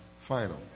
final